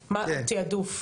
מה, תיעדוף.